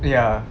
ya